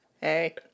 Hey